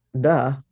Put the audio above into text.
Duh